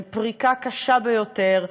עם פריקה קשה ביותר,